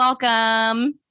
welcome